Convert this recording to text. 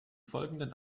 folgenden